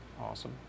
awesome